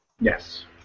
Yes